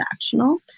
transactional